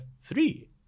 three